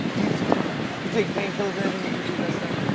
do you take painkillers or anything when you do that stuff?